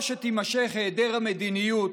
או שיימשך היעדר המדיניות,